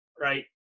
right